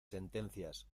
sentencias